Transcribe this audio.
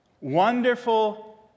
Wonderful